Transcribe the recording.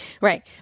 Right